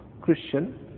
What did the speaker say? Christian